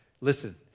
Listen